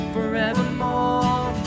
Forevermore